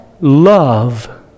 love